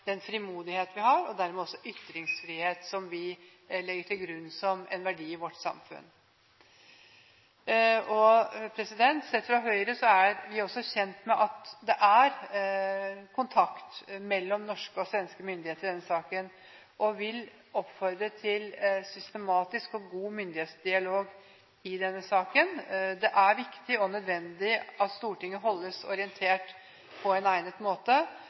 den potensielt vil kunne ha en dempende effekt også på frimodigheten og dermed også ytringsfriheten, som vi legger til grunn som en verdi i vårt samfunn. Sett fra Høyres side er vi kjent med at det er kontakt mellom norske og svenske myndigheter i denne saken, og vi vil oppfordre til systematisk og god myndighetsdialog. Det er viktig og nødvendig at Stortinget holdes orientert på egnet måte,